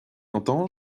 entends